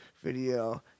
video